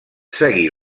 seguí